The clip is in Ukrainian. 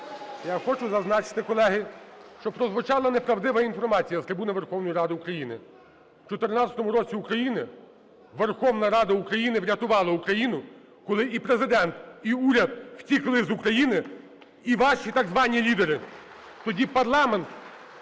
Я хочу зазначити, колеги, що прозвучала неправдива інформація з трибуни Верховної Ради України. В 14-му році Україна, Верховна Рада України врятувала Україну, коли і Президент, і уряд втекли з України, і ваші так звані лідери. Тоді парламент